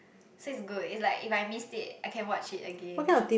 so it's good it's like if I missed it I can watch it again